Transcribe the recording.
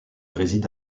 réside